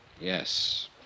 Yes